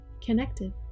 connected